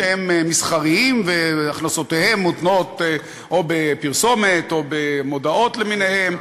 שהם מסחריים והכנסותיהם מותנות בפרסומות או במודעות למיניהן,